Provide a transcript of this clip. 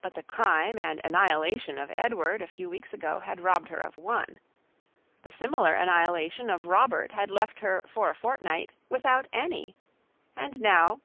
but the crime and annihilation of edward a few weeks ago, had robbed her of one the similar annihilation of robert had left her for a fortnight without any and now,